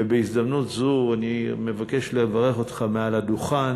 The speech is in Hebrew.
ובהזדמנות זו אני מבקש לברך אותך מעל הדוכן